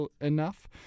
enough